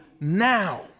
now